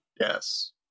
Yes